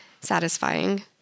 satisfying